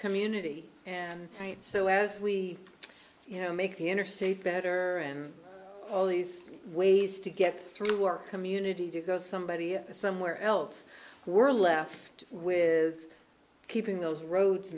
community and so as we you know make the interstate better and all these ways to get through our community do because somebody somewhere else we're left with keeping those roads